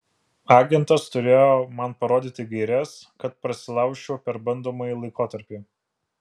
agentas turėjo man parodyti gaires kad prasilaužčiau per bandomąjį laikotarpį